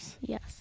Yes